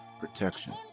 Protection